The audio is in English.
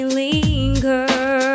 linger